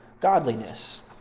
godliness